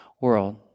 world